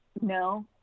no